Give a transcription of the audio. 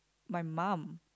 my mum